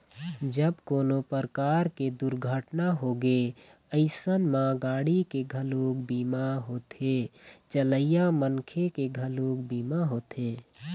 जब कोनो परकार के दुरघटना होगे अइसन म गाड़ी के घलोक बीमा होथे, चलइया मनखे के घलोक बीमा होथे